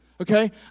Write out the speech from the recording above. Okay